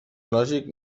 lògic